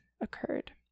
occurred